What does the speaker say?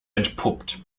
entpuppt